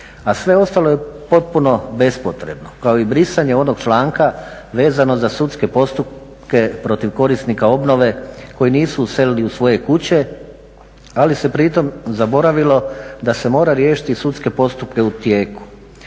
A sve ostalo je potpuno bespotrebno kao i brisanje onog članka vezano za sudske postupke protiv korisnika obnove koji nisu uselili u svoje kuće ali se pri tom zaboravilo da se mora riješiti i sudske postupke u tijeku.